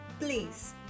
Please